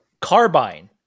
Carbine